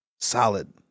Solid